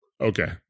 Okay